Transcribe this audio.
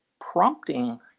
prompting